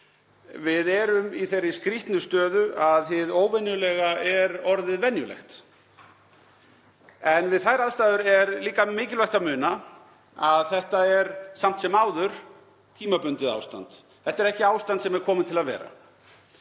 Við erum í þeirri skrýtnu stöðu að hið óvenjulega er orðið venjulegt. En við þær aðstæður er líka mikilvægt að muna að þetta er samt sem áður tímabundið ástand, þetta er ekki ástand sem er komið til að vera.